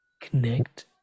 connect